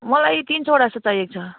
मलाई तिन सौवटा जस्तो चाहिएको छ